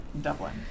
Dublin